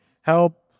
help